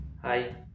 Hi